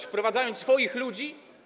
Wprowadzając swoich ludzi?